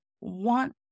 want